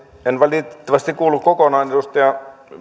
en valitettavasti kuullut kokonaan edustaja